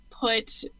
put